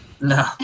No